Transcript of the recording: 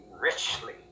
richly